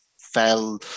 fell